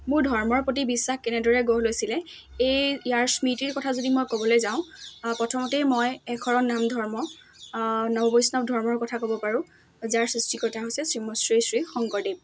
মোৰ ধৰ্মৰ প্ৰতি বিশ্বাস কেনেদৰে গঢ় লৈছিলে এই ইয়াৰ স্মৃতিৰ কথা যদি মই ক'বলৈ যাওঁ প্ৰথমতেই মই এক শৰণ নাম ধৰ্ম নৱ বৈষ্ণৱ ধৰ্মৰ কথা ক'ব পাৰোঁ যাৰ সৃষ্টিকৰ্তা হৈছে শ্ৰীম শ্ৰী শ্ৰী শংকৰদেৱ